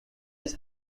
his